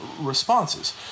responses